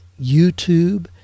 YouTube